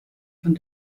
von